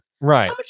Right